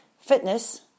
fitness